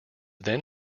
then